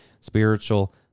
spiritual